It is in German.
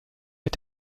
mit